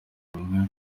rumwe